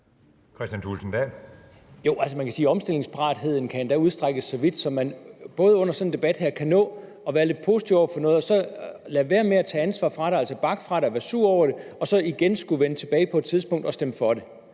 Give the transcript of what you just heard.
Kristian Thulesen Dahl (DF): Man kan sige, at omstillingsparatheden endda kan strækkes så vidt, at man under sådan en debat her både kan nå at være lidt positiv over for noget, så lade være med at tage ansvar for det og tage afstand fra det og være sur over det og så igen skulle vende tilbage til det på et tidspunkt og stemme for det.